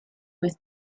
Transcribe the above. was